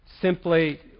simply